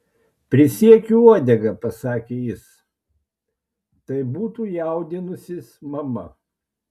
prisiekiu uodega pasakė jis tai būtų jaudinusis mama